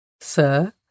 Sir